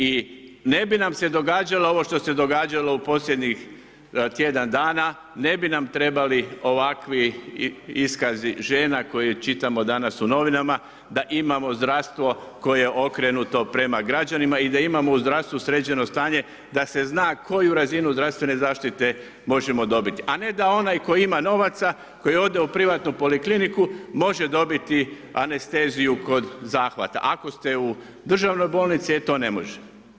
I ne bi nam se događalo ovo što se događalo u posljednjih tjedan dana, one bi nam trebali ovakvi iskazi žena koje čitamo danas u novinama da imamo zdravstvo koje je okrenuto prema građanima i da imamo u zdravstvu sređeno stanje da se zna koju razinu zdravstvene zaštite možemo dobiti a ne da onaj koji ima novaca, koji ode u privatnu polikliniku, može dobiti anesteziju kod zahvata, ako ste u državnoj bolnici, e to ne može.